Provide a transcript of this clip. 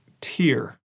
tier